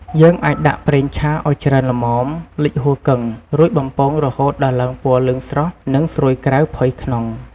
យើងអាចដាក់ប្រេងឆាឱ្យច្រើនល្មមលិចហ៊ូគឹង រួចបំពងរហូតដល់ឡើងពណ៌លឿងស្រស់ និងស្រួយក្រៅ ផុយក្នុង។